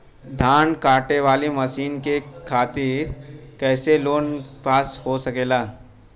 धान कांटेवाली मशीन के खातीर कैसे लोन पास हो सकेला?